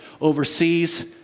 overseas